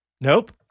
Nope